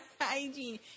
Hygiene